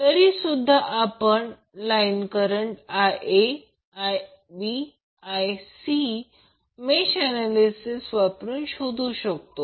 तरीसुद्धा आपण line current Ia Ib Ic mesh analysis वापरून शोधू शकतो